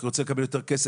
הוא רוצה לקבל יותר כסף,